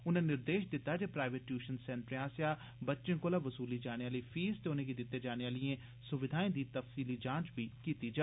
उनें निर्देश दिता जे प्राइवेट टयूशन सेन्टरें आसेया बच्चें कोला वसूली जाने आली फीस ते उनेंगी दिती जाने आलियें सुविधाएं दी तफसीली जांच कीती जा